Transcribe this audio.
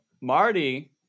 Marty